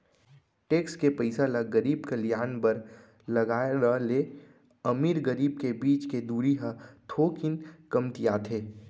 tax के पइसा ल गरीब कल्यान बर लगाए र ले अमीर गरीब के बीच के दूरी ह थोकिन कमतियाथे